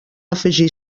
afegir